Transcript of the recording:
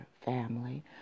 family